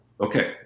Okay